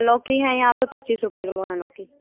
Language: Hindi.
लौकी है यहाँ पर पच्चीस रुपये किलो है लौकी